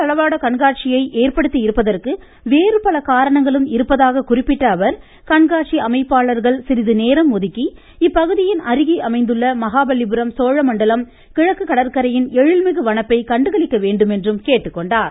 தளவாடக்கண்காட்சியை ஏற்படுத்தியிருப்பதற்கு திருவிடந்தையில் வேறுபல காரணங்களும் இருப்பதாக குறிப்பிட்ட அவர் கண்காட்சி அமைப்பாளர்கள் சிறிது நேரம் ஒதுக்கி இப்பகுதியின் அருகே அமைந்துள்ள மகாபலிபுரம் சோழமண்டலம் கிழக்கு கடற்கரையின் எழில்மிகு வனப்பை கண்டுகளிக்க வேண்டும் என்று கேட்டுக்கொண்டார்